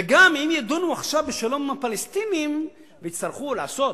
וגם אם ידונו עכשיו בשלום עם הפלסטינים ויצטרכו לעשות,